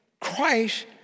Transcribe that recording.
Christ